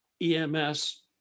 EMS